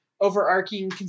overarching